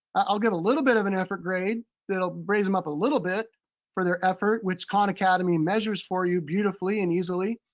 i'll give a little bit of an effort grade that'll raise em up a little bit for their effort which khan academy measures for you beautifully and easily.